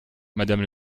madame